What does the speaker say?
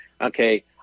okay